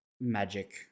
magic